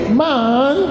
man